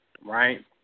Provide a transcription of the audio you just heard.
right